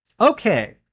okay